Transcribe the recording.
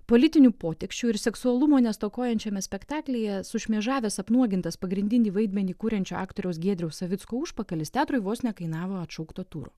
politinių poteksčių ir seksualumo nestokojančiame spektaklyje sušmėžavęs apnuogintas pagrindinį vaidmenį kuriančio aktoriaus giedriaus savicko užpakalis teatrui vos nekainavo atšaukto turo